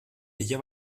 ella